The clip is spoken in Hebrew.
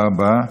תודה רבה.